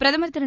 பிரதமர் திரு